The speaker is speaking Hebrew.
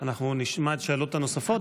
אנחנו נשמע את השאלות הנוספות,